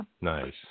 Nice